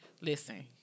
listen